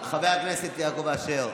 חבר הכנסת יעקב אשר.